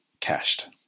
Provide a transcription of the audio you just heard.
cached